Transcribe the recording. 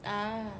ah